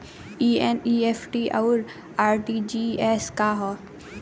ई एन.ई.एफ.टी और आर.टी.जी.एस का ह?